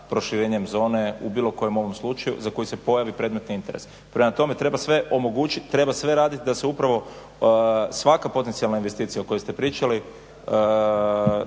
proširenjem zone u bilo kojem ovom slučaju za koji se pojavi predmetni interes. Prema tome treba sve omogućiti, treba sve raditi da se upravo svaka potencijalna investicija o kojoj ste pričali